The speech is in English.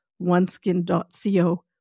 oneskin.co